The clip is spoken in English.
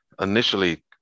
initially